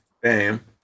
Bam